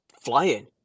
flying